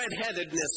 redheadedness